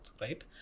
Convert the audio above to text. right